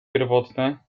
pierwotne